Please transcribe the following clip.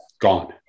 gone